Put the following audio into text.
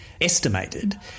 estimated